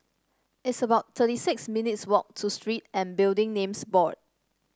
it's about thirty six minutes' walk to Street and Building Names Board